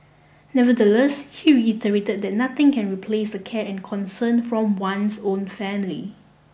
nevertheless he reiterate that nothing can replace the care and concern from one's own family